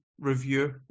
review